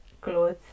clothes